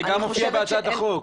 אבל זה גם מופיע בהצעת החוק.